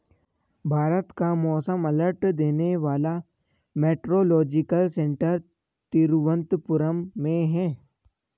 भारत का मौसम अलर्ट देने वाला मेट्रोलॉजिकल सेंटर तिरुवंतपुरम में है